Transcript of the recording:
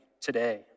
today